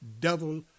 devil